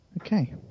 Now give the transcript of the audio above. Okay